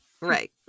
Right